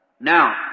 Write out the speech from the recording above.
Now